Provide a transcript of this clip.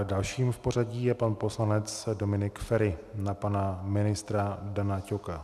Dalším v pořadí je pan poslanec Dominik Feri na pana ministra Dana Ťoka.